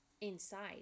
inside